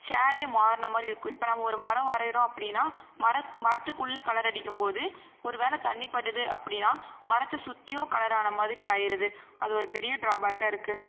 ஷேடே மாறுனமாதிரி இருக்கு இப்போ நம்ம ஒரு மரம் வரையுறோம் அப்டின்னா மர மரத்துக்குள்ளே கலர் அடிக்கும் போது ஒரு வேளை தண்ணி படுது அப்படின்னா மரத்தை சுற்றியும் கலரான மாதிரி ஆயிடுது அது ஒரு பெரிய ட்ராபேக்காக இருக்கு